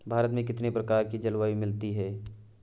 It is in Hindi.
भारत में कितनी प्रकार की जलवायु मिलती है?